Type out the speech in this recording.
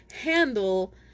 handle